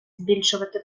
збільшувати